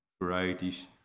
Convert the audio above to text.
varieties